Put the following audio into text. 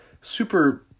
super